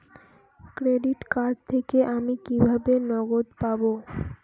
Credit card থেকে আমি কিভাবে নগদ পাব?